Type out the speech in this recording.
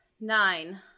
Nine